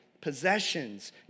possessions